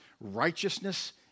righteousness